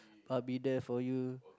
I'll be there for you